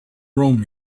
room